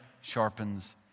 sharpens